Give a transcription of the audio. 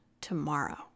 tomorrow